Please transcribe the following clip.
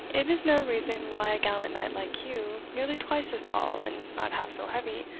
it is no reason why a gallant knight like you, nearly twice as tall, and not half so heavy,